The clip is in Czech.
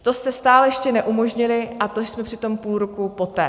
To jste stále ještě neumožnili, a to jsme přitom půl roku poté.